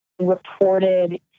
reported